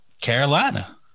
Carolina